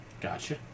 Gotcha